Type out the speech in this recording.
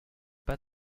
pas